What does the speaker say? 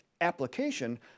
application